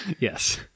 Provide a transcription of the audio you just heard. Yes